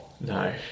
No